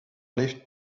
lift